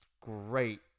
great